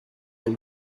and